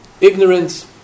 ignorance